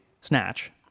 snatch